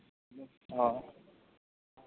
ᱚ